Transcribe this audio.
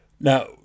Now